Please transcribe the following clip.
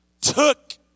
took